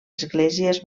esglésies